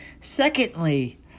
Secondly